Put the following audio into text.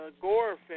gore